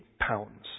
pounds